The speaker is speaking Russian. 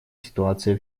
ситуация